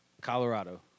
Colorado